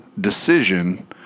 decision